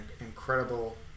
incredible